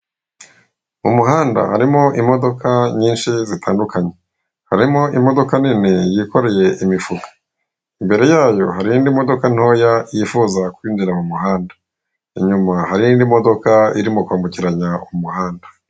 Mu muhanda harimo imodoka nyinshi zitandukanye. Harimo imodoka nini yikoreye imifuka, imbere yayo hari indi modoka ntoya yifuza kwinjira mu muhanda. Inyuma hari indi modoka irimo kwambukiranya umuhanda.